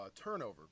turnover